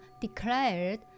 declared